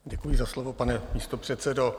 Děkuji za slovo, pane místopředsedo.